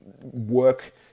work